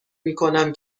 میکنم